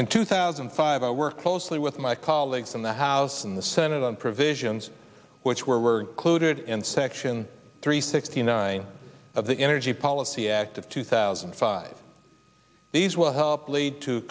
in two thousand and five i worked closely with my colleagues in the house and the senate on provisions which were included in section three sixty nine of the energy policy act of two thousand and five these will help lead to